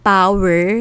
power